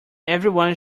everyone